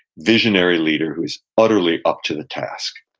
visionary leader who is utterly up to the task